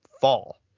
fall